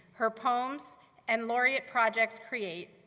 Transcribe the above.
her poems and laureate projects create,